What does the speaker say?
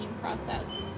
process